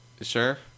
sure